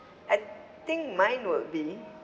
I think mine would be